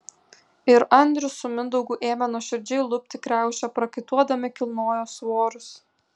ir andrius su mindaugu ėmė nuoširdžiai lupti kriaušę prakaituodami kilnojo svorius